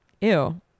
Ew